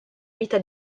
vita